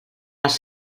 els